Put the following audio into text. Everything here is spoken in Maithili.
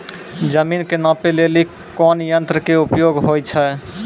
जमीन के नापै लेली कोन यंत्र के उपयोग होय छै?